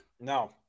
No